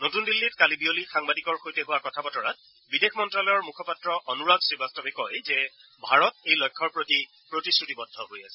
নতুন দিল্লীত কালি বিয়লি সাংবাদিকৰ সৈতে হোৱা কথা বতৰাত বিদেশ মন্ত্যালয়ৰ মুখপাত্ৰ অনুৰাগ শ্ৰীবাস্তৱে কয় যে ভাৰত এই লক্ষ্যৰ প্ৰতি প্ৰতিশ্ৰুতিবদ্ধ হৈ আছে